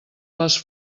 les